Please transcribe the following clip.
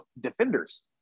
defenders